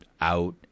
out